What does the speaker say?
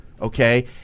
okay